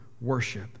worship